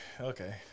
Okay